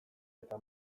eta